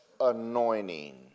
anointing